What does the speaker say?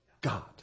God